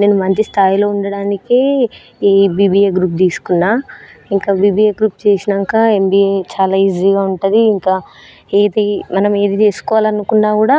నేను మంచి స్థాయిలో ఉండడానికి ఈ బిబిఏ గ్రూప్ తీసుకున్న ఇంకా బీబీఏ గ్రూప్ చేసినాక ఎంబీఏ చాలా ఈజీగా ఉంటుంది ఇంకా ఏది మనం ఏది చేసుకోవాలి అనుకున్నా కూడా